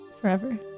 forever